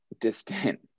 distant